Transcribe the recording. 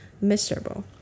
miserable